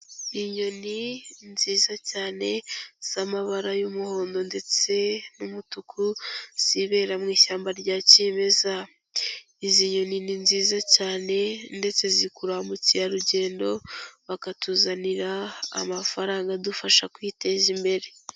Inyoni nziza cyane z'amabara y'umuhondo ndetse n'umutuku, zibera mu ishyamba rya kimeza. Izi nyoni ni nziza cyane ndetse zikurura bamukerarugendo, bakatuzanira amafaranga adufasha kwiteza imbere.